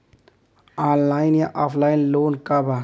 Online या offline loan का बा?